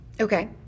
Okay